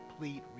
complete